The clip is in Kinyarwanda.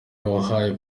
wabaye